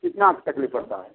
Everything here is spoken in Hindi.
कितना हफ्ता के लिए पड़ता है